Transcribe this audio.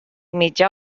mitjà